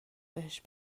بهش